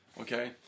Okay